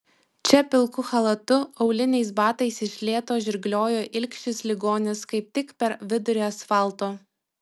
čia pilku chalatu auliniais batais iš lėto žirgliojo ilgšis ligonis kaip tik per vidurį asfalto